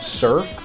surf